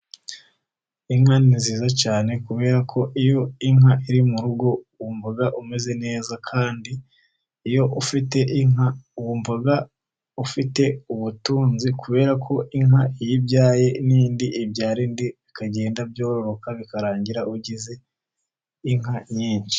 Inka ni nziza cyane kubera ko iyo inka iri mu rugo wumva umeze neza, kandi iyo ufite inka wumva ufite ubutunzi kubera ko inka iyo ibyaye n'indi ibyara indi, bikagenda byororoka bikarangira ugize inka nyinshi.